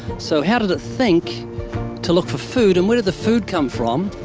so, how did it think to look for food? and where did the food come from?